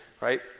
right